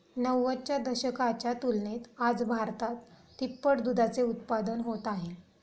नव्वदच्या दशकाच्या तुलनेत आज भारतात तिप्पट दुधाचे उत्पादन होत आहे